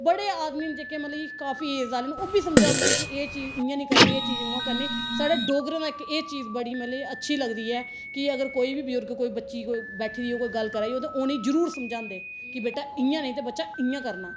बडे आदमी ने जेहके मतलब कि काफी एज आहले ना ओह्बी समझांदे ना कि मतलब ऐ चीज इयां नेई करनी एह् चीज उआं करनी साढ़े डोगरें दा एह् इक एह चीज बड़ी मतलब कि अच्छी लगदी ऐ कि अगर कोई बी बजुर्ग बच्ची कोई बैठी दी होग कोई गल्ल करा दी होग ते उनेंगी जरुर समझांदे कि बेटा इयां नेईं ते बच्चा इयां करना